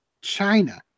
China